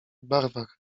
barwach